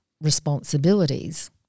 responsibilities